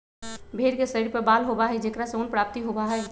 भेंड़ के शरीर पर बाल होबा हई जेकरा से ऊन के प्राप्ति होबा हई